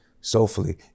soulfully